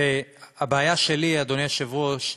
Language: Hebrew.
אדוני היושב-ראש,